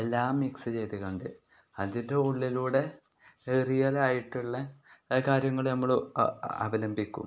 എല്ലാം മിക്സ് ചെയ്ത് കണ്ട് അതിന്റെ ഉള്ളിലൂടെ റിയൽ ആയിട്ടുള്ള കാര്യങ്ങൾ നമ്മൾ അവലംബിക്കും